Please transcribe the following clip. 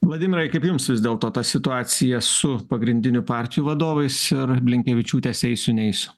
vladimirai kaip jums vis dėlto ta situacija su pagrindinių partijų vadovais ir blinkevičiūtės eisiu neisiu